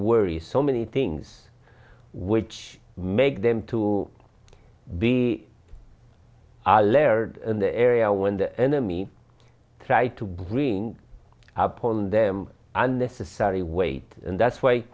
worry so many things which make them to be our laird and the area when the enemy try to bring upon them unnecessary weight and that's why